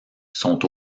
sont